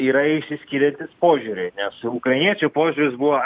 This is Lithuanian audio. yra išsiskyrę požiūriai nes ir ukrainiečių požiūris buvo